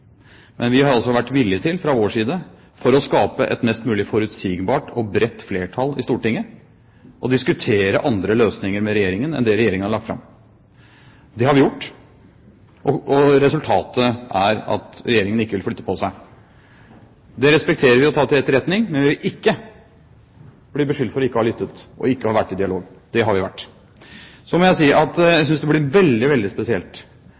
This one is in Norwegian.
Men vi har altså vært villig til fra vår side, for å skape et mest mulig forutsigbart og bredt flertall i Stortinget, å diskutere andre løsninger med Regjeringen enn det Regjeringen har lagt fram. Det har vi gjort. Resultatet er at Regjeringen ikke vil flytte på seg. Det respekterer vi og tar til etterretning, men vi vil ikke bli beskyldt for ikke å ha lyttet og ikke ha vært i dialog – det har vi vært. Så må jeg si at jeg synes det blir veldig, veldig spesielt